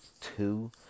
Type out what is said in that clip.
two